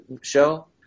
show